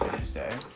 Tuesday